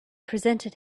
presented